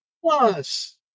Plus